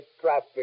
traffic